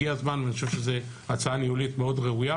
ואני חושב שזו הצעה ניהולית מאוד ראויה.